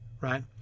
Right